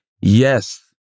Yes